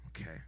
Okay